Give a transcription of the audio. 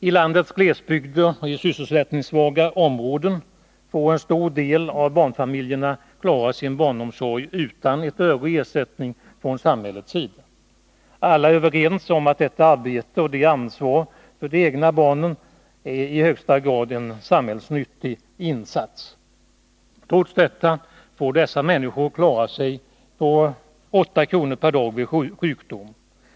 I landets glesbygder och sysselsättningssvaga områden får en stor del av barnfamiljerna klara sin barnomsorg utan ett öre i ersättning från samhället. Alla är också överens om att detta arbete och ansvar för de egna barnen är en i högsta grad samhällsnyttig insats. Trots detta får dessa människor klara sig på 8 kr. per dag vid sjukdom.